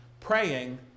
praying